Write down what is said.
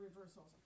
reversals